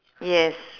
yes